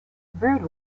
brood